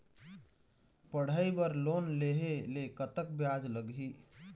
पढ़ई बर लोन लेहे ले कतक ब्याज लगही?